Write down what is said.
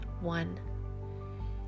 one